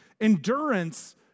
Endurance